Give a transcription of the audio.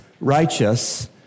righteous